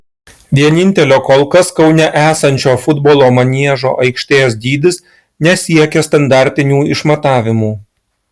vienintelio kol kas kaune esančio futbolo maniežo aikštės dydis nesiekia standartinių išmatavimų